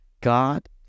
God